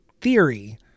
theory